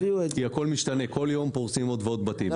הכול משתנה וכל יום פורסים עוד ועוד בתים.